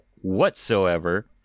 whatsoever